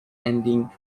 ending